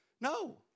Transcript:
No